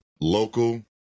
local